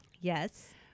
Yes